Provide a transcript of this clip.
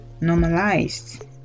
normalized